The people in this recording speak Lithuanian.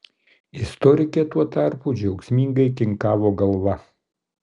istorikė tuo tarpu džiaugsmingai kinkavo galva